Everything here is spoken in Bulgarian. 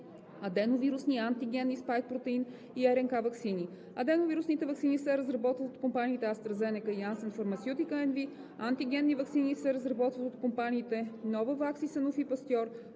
аденовирусни, антигенни (Spike protein) и РНК ваксини. Аденовирусни ваксини се разработват от компаниите AstraZeneca и Janssen Pharmaceutica NV, антигенни ваксини се разработват от компаниите Novavax и Sanofi Pasteur,